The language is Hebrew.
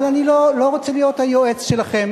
אבל אני לא רוצה להיות היועץ שלכם.